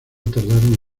tardaron